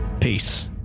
Peace